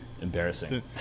embarrassing